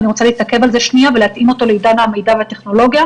אני רוצה להתעכב על זה שנייה ולהתאים אותו לעידן המידע והטכנולוגיה.